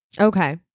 Okay